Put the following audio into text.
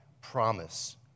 promise